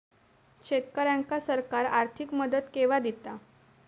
शेतकऱ्यांका सरकार आर्थिक मदत केवा दिता?